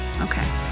Okay